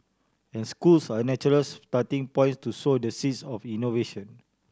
and schools are natural starting points to sow the seeds of innovation